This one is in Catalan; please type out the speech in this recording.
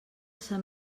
sant